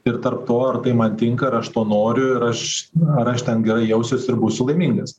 ir tarp to ar tai man tinka ar aš to noriu ir aš ar aš ten gerai jausiuos ir būsiu laimingas